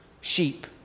sheep